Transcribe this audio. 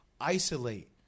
Isolate